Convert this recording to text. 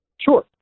Sure